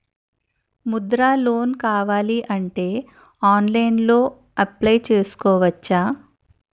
Mudra loan కావాలి అంటే ఆన్లైన్లో అప్లయ్ చేసుకోవచ్చా?